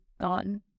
gone